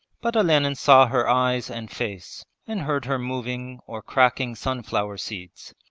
but olenin saw her eyes and face and heard her moving or cracking sunflower seeds,